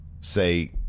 say